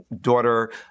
daughter